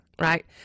right